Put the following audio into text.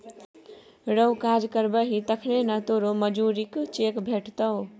रौ काज करबही तखने न तोरो मजुरीक चेक भेटतौ